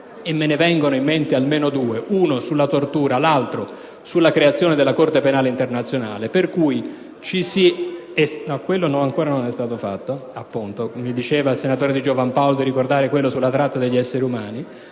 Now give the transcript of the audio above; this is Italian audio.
e me ne vengono in mente almeno due, uno sulla tortura e l'altro sulla creazione della Corte penale internazionale